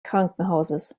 krankenhauses